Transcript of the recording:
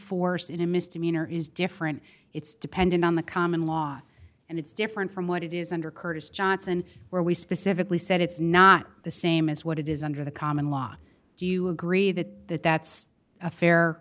force in a misdemeanor is different it's dependent on the common law and it's different from what it is under curtis johnson where we specifically said it's not the same as what it is under the common law do you agree that that that's a fair